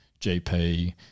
GP